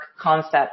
concept